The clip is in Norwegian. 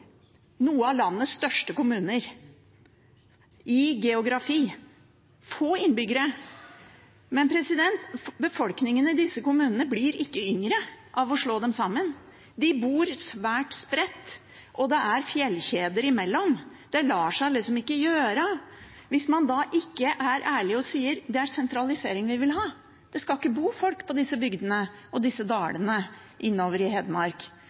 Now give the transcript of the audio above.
av landets geografisk største kommuner, men med få innbyggere. Befolkningen i disse kommunene blir ikke yngre av at man slår dem sammen, folk bor svært spredt, og det er fjellkjeder imellom, det lar seg ikke gjøre – hvis man da ikke er ærlig og sier at det er sentralisering man vil ha, det skal ikke bo folk i disse bygdene og disse dalene innover i Hedmark.